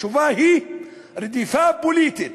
התשובה היא: רדיפה פוליטית.